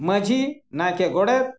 ᱢᱟᱺᱡᱷᱤ ᱱᱟᱭᱠᱮ ᱜᱚᱰᱮᱛ